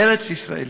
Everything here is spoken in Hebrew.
ארץ-ישראל.